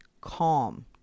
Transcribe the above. calm